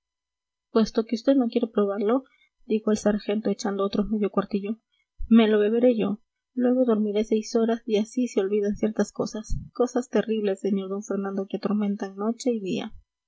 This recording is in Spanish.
puesto que vd no quiere probarlo dijo el sargento echando otro medio cuartillo me lo beberé yo luego dormiré seis horas y así se olvidan ciertas cosas cosas terribles sr d fernando que atormentan noche y día